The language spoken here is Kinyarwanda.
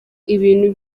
ibintu